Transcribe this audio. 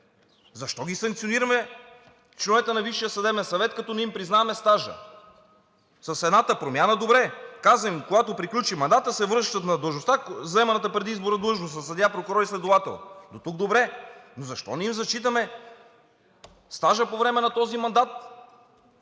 Защо ги санкционираме членовете на Висшия съдебен съвет, като не им признаваме стажа? С едната промяна добре. Казваме им: когато приключи мандатът, се връщат на длъжността, заеманата преди избора длъжност на съдия, прокурор и следовател. Дотук добре, но защо не им зачитаме стажа по време на този мандат?